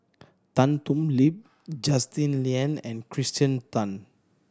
Tan Thoon Lip Justin Lean and Kirsten Tan